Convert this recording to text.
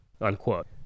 unquote